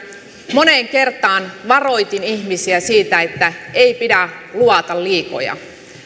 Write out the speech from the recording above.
moneen kertaan varoitin ihmisiä siitä että ei pidä luvata liikoja